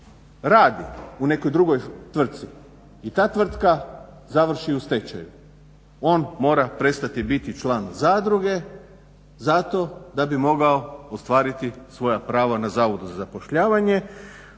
radi u nekoj drugoj tvrtci i ta tvrtka završi u stečaju, on mora prestati biti član zadruge zato da bi mogao ostvariti svoja prava na zavodu za zapošljavanje.